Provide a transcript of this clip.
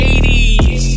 80s